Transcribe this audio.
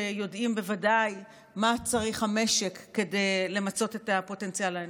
שיודעים בוודאי מה צריך המשק כדי למצות את הפוטנציאל האנושי?